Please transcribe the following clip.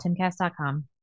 TimCast.com